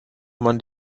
man